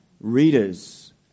readers